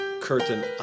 Curtain